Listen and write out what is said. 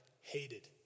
hated